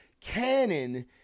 Canon